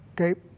Okay